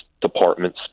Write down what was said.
department